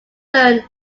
learn